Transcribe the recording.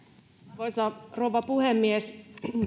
arvoisa rouva puhemies